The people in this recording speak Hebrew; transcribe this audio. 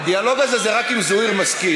הדיאלוג הזה זה רק אם זוהיר מסכים.